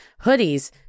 hoodies